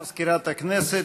תודה למזכירת הכנסת.